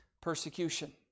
persecution